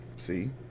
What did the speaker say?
see